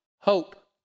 Hope